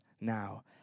now